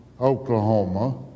Oklahoma